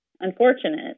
unfortunate